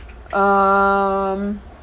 um